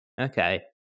Okay